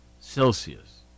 Celsius